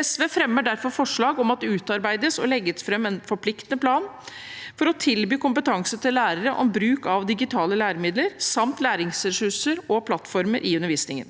SV fremmer derfor forslag om at det utarbeides og legges fram en forpliktende plan for å tilby kompetanse til lærere om bruk av digitale læremidler samt læringsressurser og plattformer i undervisningen.